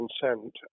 consent